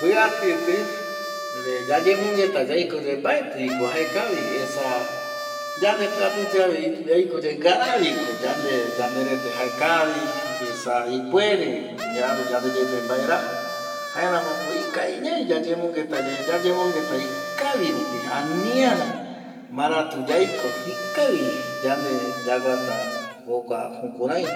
Mbɨatɨre yayemongueta yaiko yae mbaetɨviko jaekavi esa esa yandepɨatɨave yaiko yae ngaraviko yande yanderete jaekavi esa ipuere yaru yande yeɨpe mbaerajɨ, jaeramoko yayemongueta yae yayemongueta ikavi ikavi rupi aniara marätu yaiko ikavi yande yakuata jokua jukurai